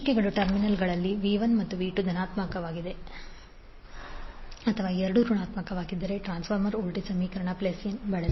ಚುಕ್ಕೆಗಳ ಟರ್ಮಿನಲ್ಗಳಲ್ಲಿ V1 ಮತ್ತು V2 ಧನಾತ್ಮಕ ಅಥವಾ ಎರಡೂ ಋಣಾತ್ಮಕವಾಗಿದ್ದರೆ ಟ್ರಾನ್ಸ್ಫಾರ್ಮರ್ ವೋಲ್ಟೇಜ್ ಸಮೀಕರಣದಲ್ಲಿ n ಬಳಸಿ